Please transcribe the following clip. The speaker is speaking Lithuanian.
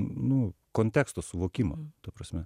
nu konteksto suvokimo ta prasme